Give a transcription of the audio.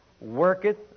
worketh